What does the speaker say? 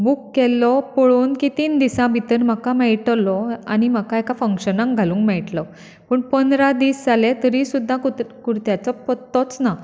book केल्लो पळोवन तीन दिसां भितर म्हाका मेळटलो आनी म्हाका एका फंशनाक घालूंक मेळटलो पूण पंदरा दीस जाले तरी सुद्दां कुत्र्या कुर्ताचो पत्तोच ना